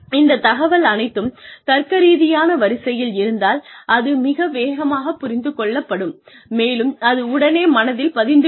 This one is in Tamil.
இந்த தகவல் அனைத்தும் தர்க்கரீதியான வரிசையில் இருந்தால் அது மிக வேகமாகப் புரிந்து கொள்ளப்படும் மேலும் அது உடனே மனதில் பதிந்து விடும்